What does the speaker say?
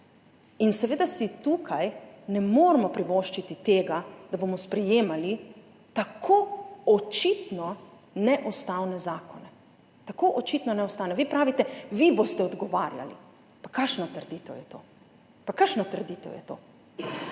Seveda si tukaj ne moremo privoščiti tega, da bomo sprejemali tako očitno neustavne zakone, tako očitno neustavne. Vi pravite: vi boste odgovarjali. Pa kakšna trditev je to? Pa kakšna trditev je to?